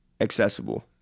Accessible